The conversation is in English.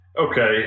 Okay